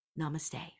namaste